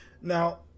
Now